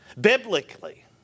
biblically